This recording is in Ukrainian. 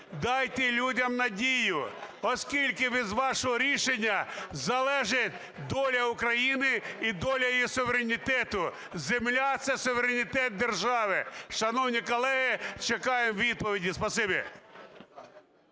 дайте людям надію, оскільки від вашого рішення залежить доля України і доля її суверенітету. Земля – це суверенітет держави, шановні колеги. Чекаю відповіді.